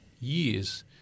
years